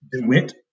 DeWitt